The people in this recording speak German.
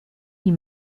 die